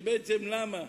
שבעצם למה,